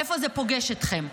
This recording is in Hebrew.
איפה זה פוגש אתכם?